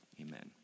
Amen